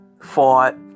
Fought